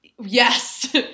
Yes